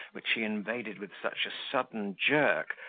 which he invaded with such a sudden jerk,